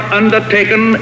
undertaken